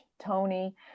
Tony